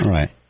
Right